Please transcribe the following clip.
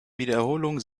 wiederholung